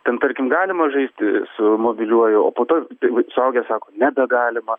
ten tarkim galima žaisti su mobiliuoju o po to t suaugę sako nebegalima